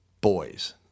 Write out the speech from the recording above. boys